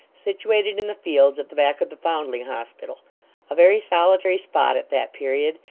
situated in the fields at the back of the foundling hospital a very solitary spot at that period,